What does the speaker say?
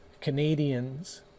Canadians